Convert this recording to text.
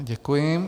Děkuji.